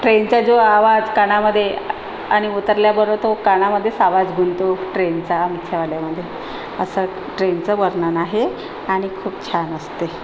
ट्रेनचा जो आवाज कानामध्ये आणि उतरल्याबरो तो कानामध्येच आवाज घुमतो ट्रेनचा असं ट्रेनचं वर्णन आहे आणि खूप छान असते